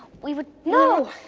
we were. no,